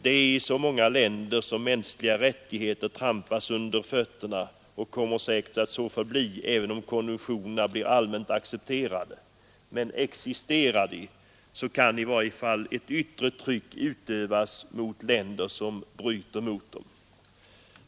Det är i så många länder som mänskliga rättigheter trampas under fötterna, och det kommer säkert att så förbli även om konventionerna blir allmänt accepterade, men existerar de så kan i varje fall ett yttre tryck utövas mot länder som bryter mot dem.